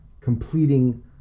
completing